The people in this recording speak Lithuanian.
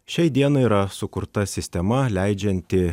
šiai dienai yra sukurta sistema leidžianti